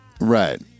Right